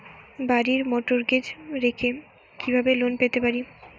বাড়ি মর্টগেজ রেখে কিভাবে লোন পেতে পারি?